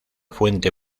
fuente